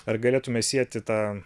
ar galėtume sieti tą